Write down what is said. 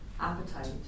appetite